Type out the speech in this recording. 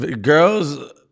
Girls